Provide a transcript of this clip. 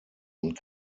und